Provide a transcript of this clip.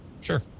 Sure